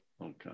Okay